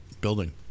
building